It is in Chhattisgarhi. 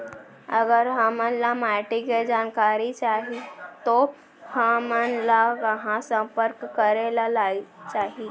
अगर हमन ला माटी के जानकारी चाही तो हमन ला कहाँ संपर्क करे ला चाही?